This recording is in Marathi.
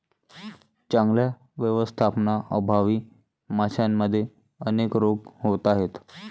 चांगल्या व्यवस्थापनाअभावी माशांमध्ये अनेक रोग होत आहेत